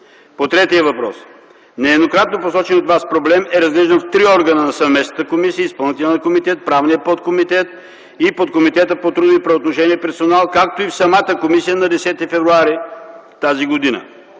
По третия въпрос: нееднократно посоченият от Вас проблем е разглеждан в три органа на съвместната комисия – изпълнителния комитет, правния подкомитет и подкомитета по трудови правоотношения „Персонал”, както и в самата комисия на 10 февруари т.г.